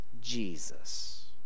Jesus